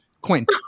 Quint